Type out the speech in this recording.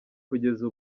kugeza